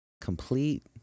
Complete